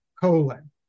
colon